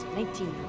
nineteen.